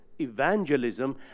evangelism